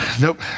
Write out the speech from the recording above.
Nope